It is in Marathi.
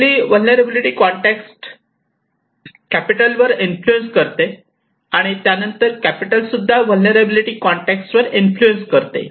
ऍक्च्युली व्हलनेरलॅबीलीटी कॉंटेक्स कॅपिटल वर इन्फ्लुएन्स करते आणि त्यानंतर कॅपिटल सुद्धा व्हलनेरलॅबीलीटी कॉंटेक्स वर इन्फ्लुएन्स करते